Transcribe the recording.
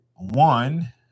One